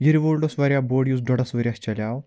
یہِ رِوولٹ اوس واریاہ بوٚڈ یُس ڈۄڈَس ؤرۍیس چَلیو